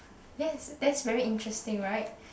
yes that's very interesting right